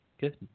Good